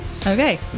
Okay